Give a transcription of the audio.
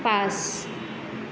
পাঁচ